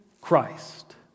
Christ